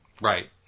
Right